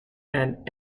and